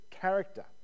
character